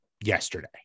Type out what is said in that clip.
yesterday